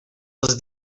els